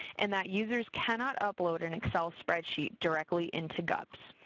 and that users cannot upload an excel spreadsheet directly into gups.